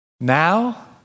now